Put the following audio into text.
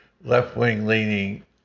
left-wing-leaning